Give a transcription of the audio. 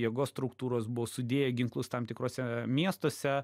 jėgos struktūros buvo sudėję ginklus tam tikruose miestuose